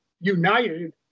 united